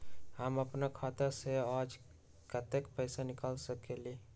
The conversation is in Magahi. हम अपन खाता से आज कतेक पैसा निकाल सकेली?